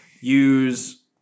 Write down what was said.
use